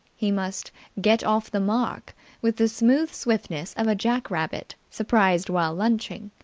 he must get off the mark with the smooth swiftness of a jack-rabbit surprised while lunching.